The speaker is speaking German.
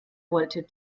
wollte